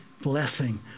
blessing